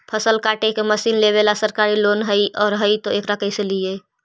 फसल काटे के मशीन लेबेला सरकारी लोन हई और हई त एकरा कैसे लियै?